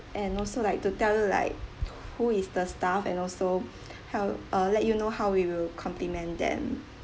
and also like to tell you like who is the staff and also how I'll let you know how we will compliment them